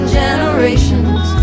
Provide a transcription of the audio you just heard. generations